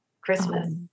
Christmas